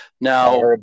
Now